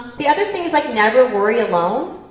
the other thing is like never worry alone.